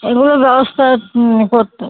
এগুলোর ব্যবস্থা করতে হবে